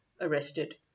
arrested